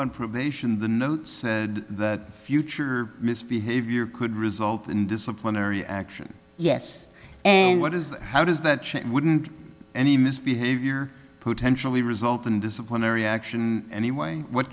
on probation the note said that future misbehavior could result in disciplinary action yes and what is that how does that change wouldn't any misbehavior potentially result in disciplinary action anyway what